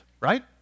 right